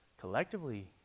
collectively